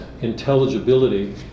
intelligibility